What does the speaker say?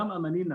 גם "אמאנינא",